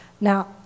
Now